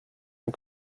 and